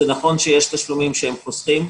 זה נכון שיש תשלומים שהם חוסכים.